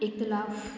इख़्तिलाफ़ु